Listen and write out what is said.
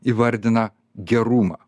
įvardina gerumą